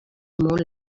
molt